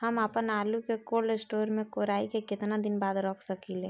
हम आपनआलू के कोल्ड स्टोरेज में कोराई के केतना दिन बाद रख साकिले?